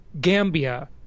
Gambia